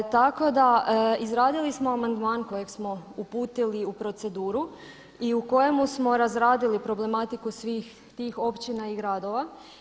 Izradili smo amandman kojeg smo uputili u proceduru i u kojemu smo razradili problematiku svih tih općina i gradova.